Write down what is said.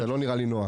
אתה לא נראה לי נועה.